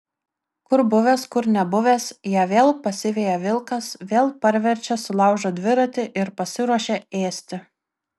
kur buvęs kur nebuvęs ją vėl pasiveja vilkas vėl parverčia sulaužo dviratį ir pasiruošia ėsti